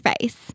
face